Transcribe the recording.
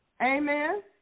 Amen